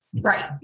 Right